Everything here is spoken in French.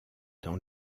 dans